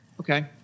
Okay